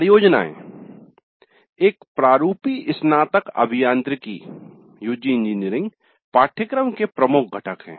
परियोजनाएं एक प्रारूपी स्नातक अभियांत्रिकी UG इंजीनियरिंग पाठ्यक्रम के प्रमुख घटक हैं